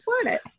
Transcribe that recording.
planet